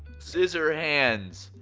scissorhands.